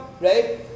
right